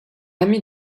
ami